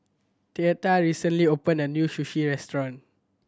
Theta recently opened a new Sushi Restaurant